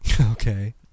Okay